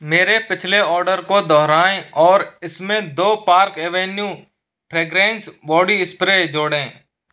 मेरे पिछले आर्डर को दोहराएँ और इसमें दो Park Avenue fragrance body spray जोड़ें